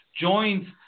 Joins